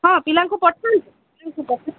ହଁ ପିଲାଙ୍କୁ ପଠାନ୍ତୁ